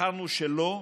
בחרנו שלא,